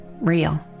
real